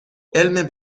علم